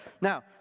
Now